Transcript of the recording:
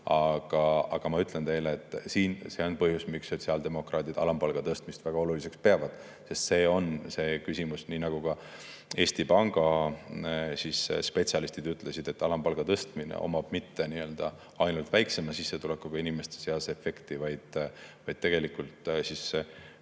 Aga ma ütlen teile, et see on põhjus, miks sotsiaaldemokraadid alampalga tõstmist väga oluliseks peavad, see on [tähtis] küsimus. Nagu ka Eesti Panga spetsialistid ütlesid, alampalga tõstmisel ei ole mitte ainult väiksema sissetulekuga inimeste seas efekti, vaid tegelikult puudutab